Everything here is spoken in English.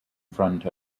front